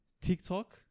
TikTok